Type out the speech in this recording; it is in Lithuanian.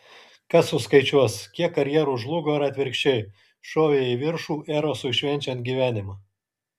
kas suskaičiuos kiek karjerų žlugo ar atvirkščiai šovė į viršų erosui švenčiant gyvenimą